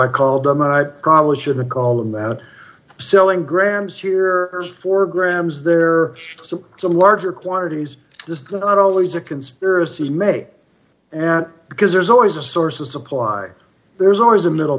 i call them and i probably shouldn't call them that selling grams here are four grams there so the larger quantities is not always a conspiracy may and because there's always a source of supply there's always a middle